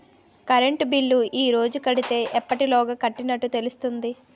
Current bill ఈ రోజు కడితే ఎప్పటిలోగా కట్టినట్టు తెలుస్తుంది?